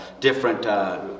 different